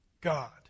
God